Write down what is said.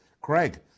Craig